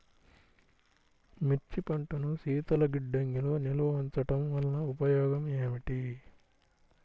మిర్చి పంటను శీతల గిడ్డంగిలో నిల్వ ఉంచటం వలన ఉపయోగం ఏమిటి?